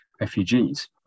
refugees